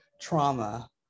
trauma